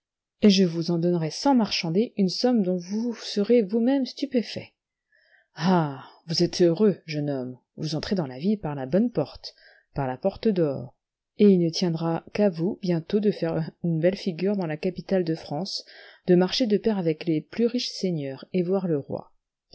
et je vous en donnerai sans marchander une somme dont vous serez vousmême stupéfait ah vous êtes heureux jeune homme vous entrez dans la vie par la bonne porte par la porte d'or et il ne tiendra qu'à vous bientôt de faire une belle figure dans la capitale de france de marcher de pair avec les plus riches seigneurs de voir le roi